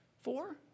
four